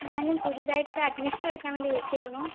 ഞാൻ പുതിയതായിട്ടു അഡ്മിഷനെടുക്കാൻ വേണ്ടി വിളിച്ചതായിരുന്നു